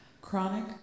Chronic